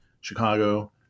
Chicago